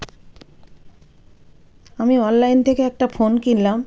আমি অনলাইন থেকে একটা ফোন কিনলাম